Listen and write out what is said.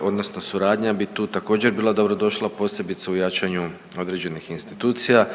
odnosno suradnja bi tu također bila dobro došla posebice u jačanju određenih institucija.